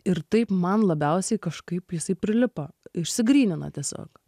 ir taip man labiausiai kažkaip jisai prilipa išsigrynina tiesiog